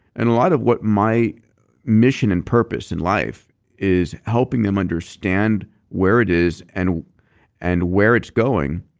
and a lot of what my mission and purpose in life is helping them understand where it is and and where it's going